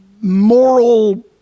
moral